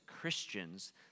Christians